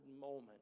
moment